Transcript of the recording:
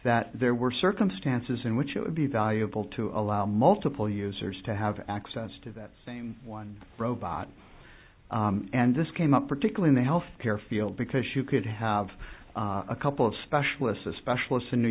that there were circumstances in which it would be valuable to allow multiple users to have access to that same one robot and this came up particularly the health care field because you could have a couple of specialists of specialists in new